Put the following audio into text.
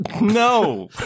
No